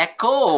Echo